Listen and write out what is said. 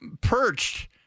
perched